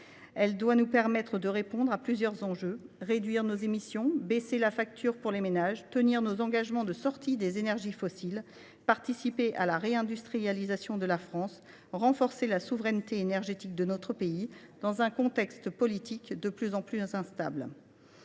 Elle doit nous permettre de répondre à plusieurs enjeux : réduire nos émissions, baisser la facture pour les ménages, tenir nos engagements de sortie des énergies fossiles, participer à la réindustrialisation de la France et renforcer la souveraineté énergétique de notre pays dans un contexte géopolitique de plus en plus instable.